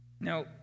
Now